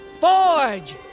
forge